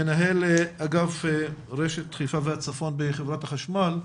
מנהל אגף רשת חיפה והצפון בחברת החשמל.